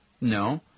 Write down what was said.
No